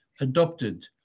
adopted